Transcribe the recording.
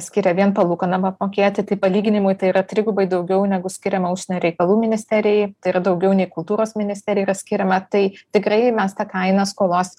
skiria vien palūkanom apmokėti tai palyginimui tai yra trigubai daugiau negu skiriama užsienio reikalų ministerijai tai yra daugiau nei kultūros ministerijai yra skiriama tai tikrai mes tą kainą skolos